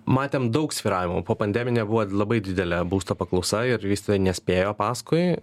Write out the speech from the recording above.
matėm daug svyravimų popandeminė buvo labai didelė būsto paklausa ir vystytojai nespėjo paskui